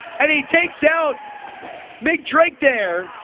and he takes out mik drake there